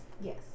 Yes